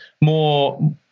More